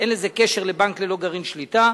אין לזה קשר לבנק ללא גרעין שליטה.